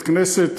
בית-כנסת,